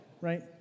right